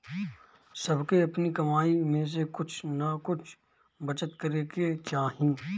सबके अपनी कमाई में से कुछ नअ कुछ बचत करे के चाही